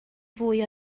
fwy